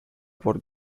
por